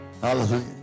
hallelujah